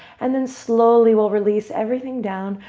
and then slowly we'll release everything down,